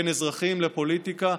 בין אזרחים לפוליטיקה,